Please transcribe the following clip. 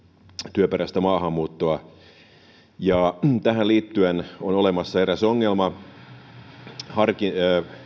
työperäistä maahanmuuttoa tähän liittyen on olemassa eräs ongelma